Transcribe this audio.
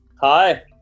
Hi